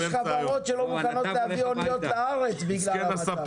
יש חברות שלא מוכנות להביא אוניות לארץ בגלל המצב.